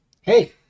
Hey